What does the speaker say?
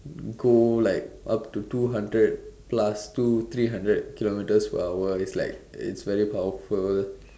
go like up to two hundred plus two three hundred kilometres per hour it's like it's very powerful